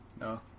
No